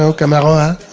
so kama ro'a